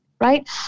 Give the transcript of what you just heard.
right